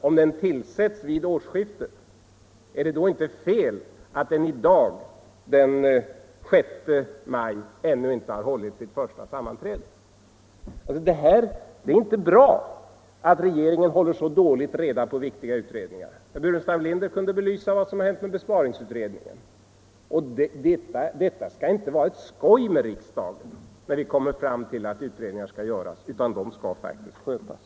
Om en utredning tillsatts vid årsskiftet är det då inte fel att den i dag, den 6 maj, ännu inte har hållit sitt första sammanträde? Det är inte bra att regeringen så dåligt håller reda på viktiga utredningar. Herr Burenstam Linder kunde belysa vad som hade hänt med besparingsutredningen. Det skall inte vara ett skoj med riksdagen. När vi kommer fram till att utredningar skall göras, skall de faktiskt skötas.